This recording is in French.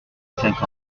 cinq